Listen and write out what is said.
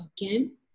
again